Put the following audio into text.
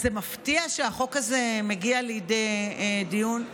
מפתיע שהחוק הזה מגיע לידי דיון?